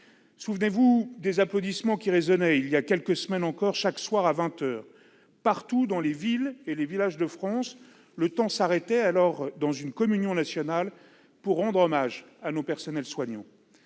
Souvenez-vous des applaudissements qui résonnaient, il y a quelques semaines encore, chaque soir à vingt heures. Partout, dans les villes et les villages de France, le temps s'arrêtait dans une communion nationale pour rendre hommage à nos personnels soignants,